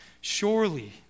Surely